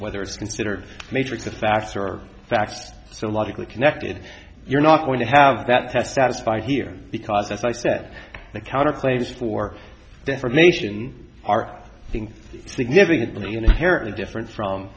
whether it's considered metric the facts are facts so logically connected you're not going to have that test satisfy here because that's like that the counter claims for defamation are things significantly unitary different from